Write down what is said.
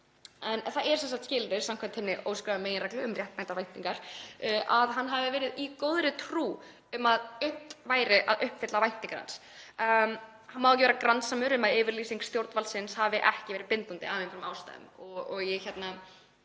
Það er skilyrði samkvæmt hinni óskráðu meginreglu um réttmætar væntingar að hann hafi verið í góðri trú um að unnt væri að uppfylla væntingar hans. Hann má ekki vera grandsamur um að yfirlýsing stjórnvaldsins hafi ekki verið bindandi af einhverjum ástæðum.